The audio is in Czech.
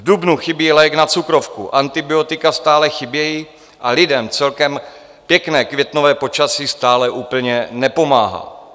V dubnu chybí lék na cukrovku, antibiotika stále chybějí a lidem celkem pěkné květnové počasí stále úplně nepomáhá.